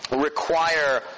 Require